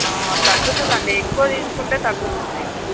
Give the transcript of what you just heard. తగ్గుతుంది అండి ఎక్కువ తీసుకుంటే తగ్గుతుంది